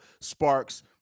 Sparks